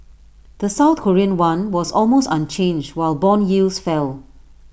the south Korean won was almost unchanged while Bond yields fell